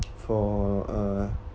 for uh